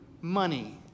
money